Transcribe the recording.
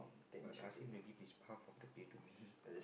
but ask him to give his half of the pay to me